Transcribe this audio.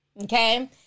Okay